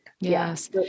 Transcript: yes